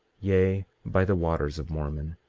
yea, by the waters of mormon,